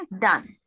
Done